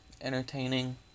entertaining